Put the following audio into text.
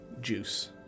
Juice